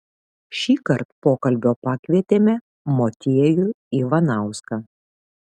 šįkart pokalbio pakvietėme motiejų ivanauską